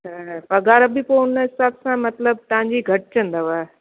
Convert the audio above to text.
त पघार बि पोइ उन हिसाब सां मतिलबु तव्हां जी घटिजंदव